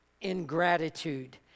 ingratitude